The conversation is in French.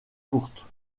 courtes